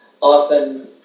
often